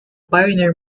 pioneer